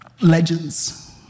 Legends